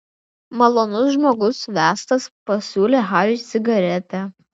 malonus žmogus vestas pasiūlė hariui cigaretę